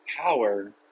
power